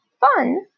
fun